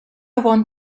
want